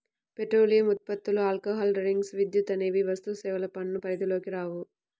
petroleum ఉత్పత్తులు, alcohol drinks, విద్యుత్ అనేవి వస్తుసేవల పన్ను పరిధిలోకి రావు